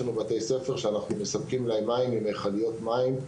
יש לנו בתי ספר שאנחנו מספקים להם מים ממכליות מים.